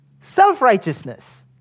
Self-righteousness